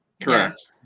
Correct